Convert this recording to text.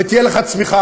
ותהיה לך צמיחה.